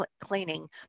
cleaning